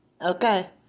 Okay